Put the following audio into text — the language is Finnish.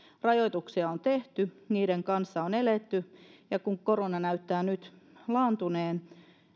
rajoituksia on tehty niiden kanssa on eletty ja kun korona näyttää nyt laantuneen